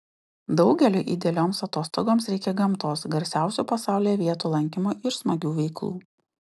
daugeliui idealioms atostogoms reikia gamtos garsiausių pasaulyje vietų lankymo ir smagių veiklų